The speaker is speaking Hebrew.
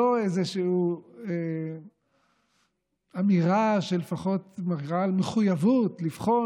לא איזושהי אמירה שלפחות מראה על מחויבות לבחון.